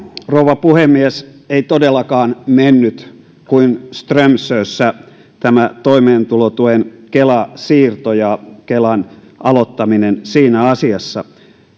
rouva puhemies ei todellakaan mennyt kuin strömsössä tämä toimeentulotuen kela siirto ja kelan aloittaminen siinä asiassa